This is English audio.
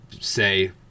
say